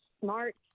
smart